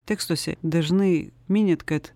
tekstuose dažnai minit kad